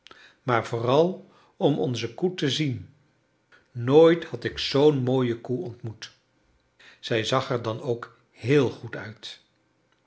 maar vooral om onze koe te zien nooit had ik zoo'n mooie koe ontmoet zij zag er dan ook heel goed uit